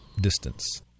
distance